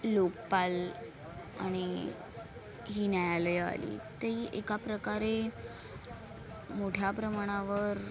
लोकपाल आणि ही न्यायालयं आली तेही एका प्रकारे मोठ्या प्रमाणावर